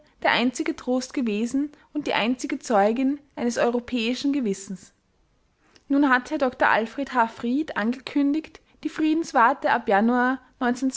der einzige trost gewesen und die einzige zeugin eines europäischen gewissens nun hat herr dr alfr h fried angekündigt die friedenswarte ab januar